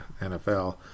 NFL